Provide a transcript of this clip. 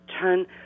turn